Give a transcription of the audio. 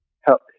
Help